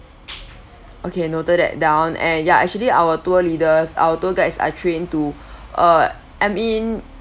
okay noted that down and ya actually our tour leaders our tour guides are trained to uh I mean